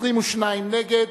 22 נגד.